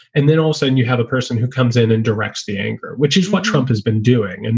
and then also and you have a person who comes in and directs the anger, which is what trump has been doing. and